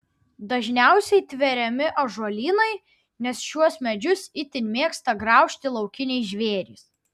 dažniausiai tveriami ąžuolynai nes šiuos medžius itin mėgsta graužti laukiniai žvėrys